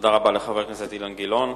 תודה רבה לחבר הכנסת אילן גילאון.